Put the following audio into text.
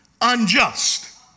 unjust